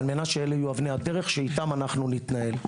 כדי שאלה יהיו אבני הדרך שאיתן אנו נתנהל.